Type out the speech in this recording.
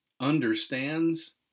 understands